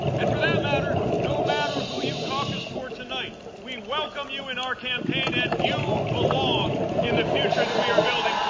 and for that matter, matter who you caucused for tonight, we welcome you in our campaign and you belong in the future that we are building